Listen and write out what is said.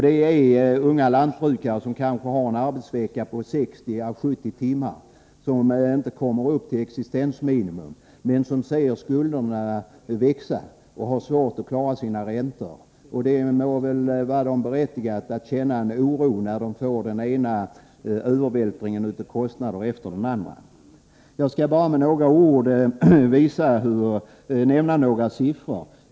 Det var unga lantbrukare som har en arbetsvecka på 60-70 timmar och som inte kommer upp till existensminimum, men de ser skulderna växa och har svårt att klara sina räntor. Det må vara förståeligt att de känner oro när de drabbas av den ena övervältringen av kostnader efter den andra. Jag skall nämna några siffror.